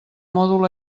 mòdul